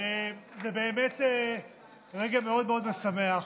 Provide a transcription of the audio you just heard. זה באמת רגע מאוד מאוד משמח.